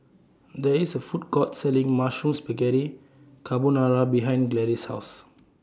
There IS A Food Court Selling Mushroom Spaghetti Carbonara behind Gladis' House